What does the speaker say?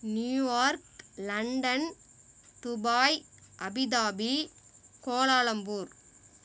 New York London Dubai Abu Dhabi Kuala Lumpur